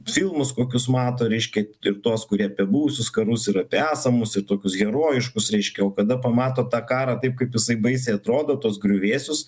filmus kokius mato reiškia tik tuos kurie apie buvusius karus ir apie esamus ir tokius herojiškus reiškia o kada pamato tą karą taip kaip jisai baisiai atrodo tuos griuvėsius